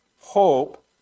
hope